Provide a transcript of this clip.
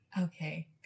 Okay